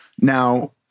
Now